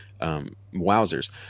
wowzers